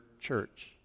church